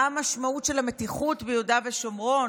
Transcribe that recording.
מה המשמעות של המתיחות ביהודה ושומרון